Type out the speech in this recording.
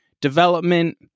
development